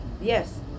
Yes